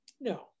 No